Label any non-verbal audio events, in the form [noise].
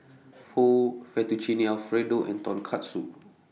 Pho Fettuccine Alfredo and [noise] Tonkatsu